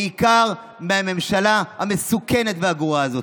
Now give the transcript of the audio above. בעיקר מהממשלה המסוכנת והגרועה הזאת.